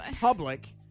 public